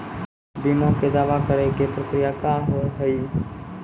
बीमा के दावा करे के प्रक्रिया का हाव हई?